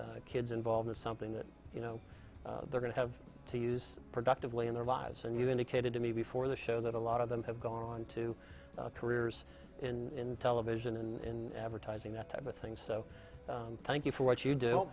see kids involved in something that you know they're going to have to use productively in their lives and you've indicated to me before the show that a lot of them have gone on to careers in television and advertising that type of thing so thank you for what you do